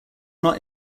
not